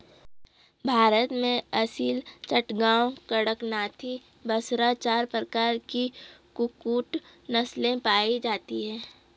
भारत में असील, चटगांव, कड़कनाथी, बसरा चार प्रकार की कुक्कुट नस्लें पाई जाती हैं